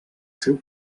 seu